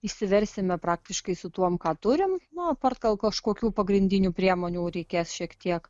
išsiversime praktiškai su tuom ką turim na apart gal kažkokių pagrindinių priemonių reikės šiek tiek